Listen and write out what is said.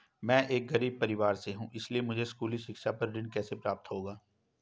मैं एक गरीब परिवार से हूं इसलिए मुझे स्कूली शिक्षा पर ऋण कैसे प्राप्त होगा?